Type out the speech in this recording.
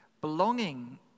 Belonging